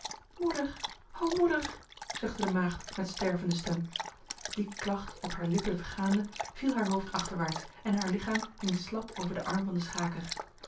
moeder o moeder zuchtte de maagd met stervende stem die klacht op haar lippen vergaande viel haar hoofd achterwaarts en haar lichaam hing slap over de arm van de schaker